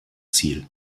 ziel